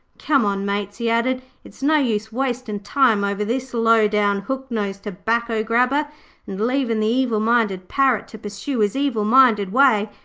come on, mates he added, it's no use wastin time over this low-down, hook-nosed tobacco-grabber and leaving the evil-minded parrot to pursue his evil-minded way,